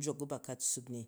nyok u ba qa tsuup mi